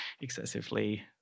excessively